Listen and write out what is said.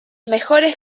mejores